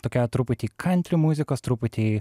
tokia truputį kantri muzikos truputį